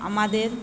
আমাদের